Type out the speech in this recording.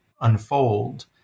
unfold